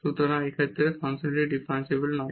সুতরাং এই ক্ষেত্রে ফাংশনটি ডিফারেনশিবল নয়